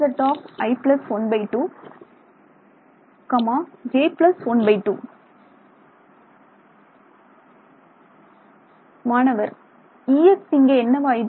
Hzi 12 j 12 மாணவர் Ex இங்கே என்னவாயிற்று